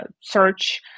search